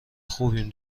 خوبیم